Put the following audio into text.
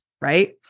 right